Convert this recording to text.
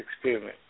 experiment